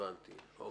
הבנתי.